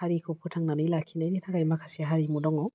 हारिखौ फोथांनानै लाखिनायनि थाखाय माखासे हारिमु दङ